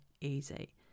easy